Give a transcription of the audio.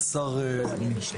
יש שר חדש